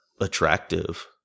attractive